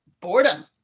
boredom